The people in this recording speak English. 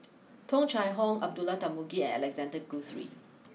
Tung Chye Hong Abdullah Tarmugi and Alexander Guthrie